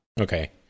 Okay